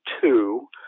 two